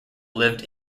lived